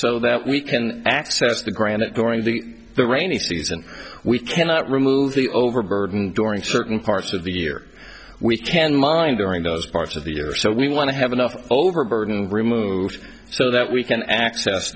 so that we can access the granite during the rainy season we cannot remove the overburden during certain parts of the year we can mine during those parts of the year so we want to have enough overburden removed so that we can access